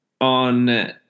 on